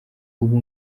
ubu